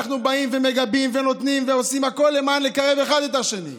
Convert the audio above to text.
אנחנו באים ומגבים ונותנים ועושים הכול כדי לקרב אחד אל השני.